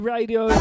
Radio